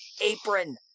apron